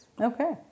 Okay